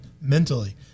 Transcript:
mentally